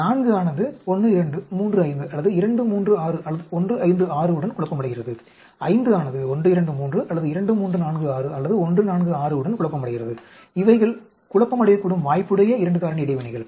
4 ஆனது 12 35 அல்லது 236 அல்லது 156 உடன் குழப்பமடைகிறது 5 ஆனது 123 அல்லது 2346 அல்லது 146 உடன் குழப்பமடைகிறது இவைகள் குழப்பமடையக்கூடும் வாய்ப்புடைய 2 காரணி இடைவினைகள்